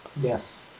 Yes